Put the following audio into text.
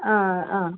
അ അ